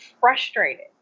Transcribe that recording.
frustrated